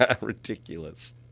Ridiculous